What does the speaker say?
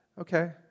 Okay